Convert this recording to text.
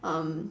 um